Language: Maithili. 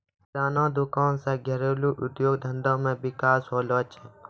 किराना दुकान से घरेलू उद्योग धंधा मे विकास होलो छै